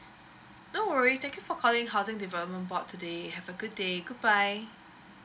no worries thank you for calling housing development board today have a good day goodbye